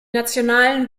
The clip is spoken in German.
nationalen